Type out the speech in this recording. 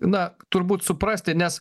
na turbūt suprasti nes